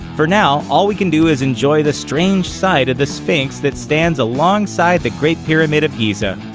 for now, all we can do is enjoy the strange sight of the sphinx that stands alongside the great pyramid of giza.